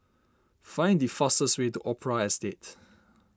find the fastest way to Opera Estate